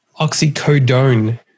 Oxycodone